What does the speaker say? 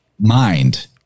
mind